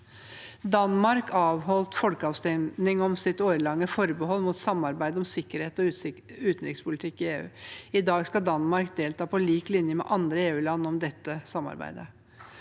Danmark avholdt folkeavstemning om sitt årelange forbehold mot samarbeid om sikkerhets- og utenrikspolitikk i EU. I dag skal Danmark delta på lik linje med andre EUland om dette samarbeidet.